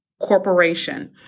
corporation